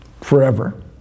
forever